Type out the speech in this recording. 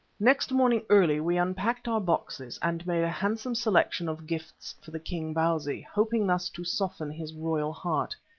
next morning early we unpacked our boxes and made a handsome selection of gifts for the king, bausi, hoping thus to soften his royal heart.